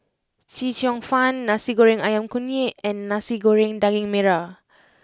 Chee Cheong Fun Nasi Goreng Ayam Kunyit and Nasi Goreng Daging Merah